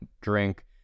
drink